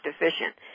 deficient